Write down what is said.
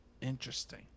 Interesting